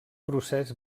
procés